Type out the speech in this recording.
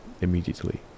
Immediately